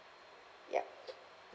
ya